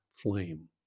Flame